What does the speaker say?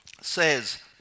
says